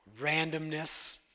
randomness